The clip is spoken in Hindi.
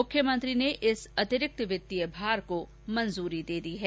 मुख्यमंत्री ने इस अतिरिक्त वित्तीय भार को मंजूरी दे दी है